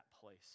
place